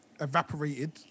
evaporated